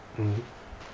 mmhmm